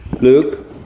Luke